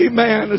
Amen